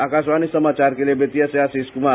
आकाशवाणी समाचार के लिए बेतिया से आशिष कुमार